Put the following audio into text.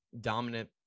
dominant